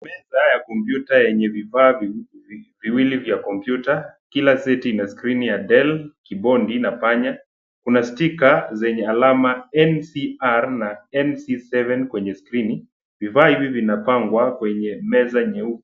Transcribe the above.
Meza ya kompyuta yenye vifaa viwili vya kompyuta. Kila seti ina skrini ya dell, keyboard na panya. Kuna sticker zenye alama NCR na NC7 kwenye skrini. Vifaa hivi vinapangwa kwenye meza nyeupe.